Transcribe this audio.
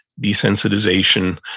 desensitization